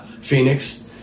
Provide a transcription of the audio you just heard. Phoenix